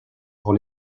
pour